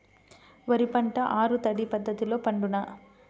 వరి పంట ఆరు తడి పద్ధతిలో పండునా?